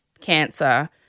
cancer